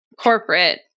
corporate